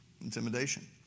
Intimidation